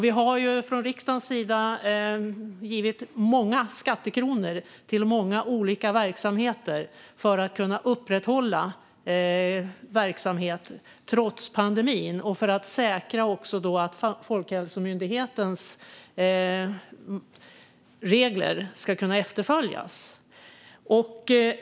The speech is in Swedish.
Vi har från riksdagens sida givit många skattekronor till många olika verksamheter för att kunna upprätthålla dem trots pandemin och för att säkra att Folkhälsomyndighetens regler kan efterföljas.